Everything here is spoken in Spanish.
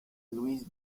luis